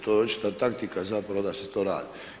To je očita taktika zapravo da se to radi.